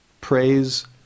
praise